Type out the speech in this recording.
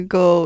go